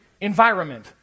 environment